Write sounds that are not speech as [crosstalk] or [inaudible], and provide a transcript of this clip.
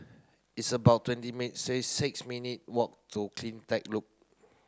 it's about twenty [unintelligible] six minute walk to CleanTech Loop